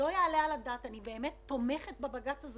לא יעלה על הדעת ואני באמת תומכת בג"ץ הזה